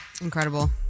incredible